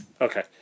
Okay